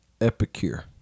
epicure